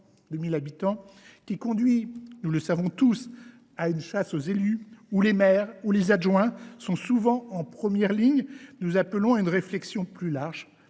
qui conduit, nous le savons tous, à une chasse aux élus, dans laquelle les maires et les adjoints sont souvent en première ligne, nous appelons à une réflexion plus large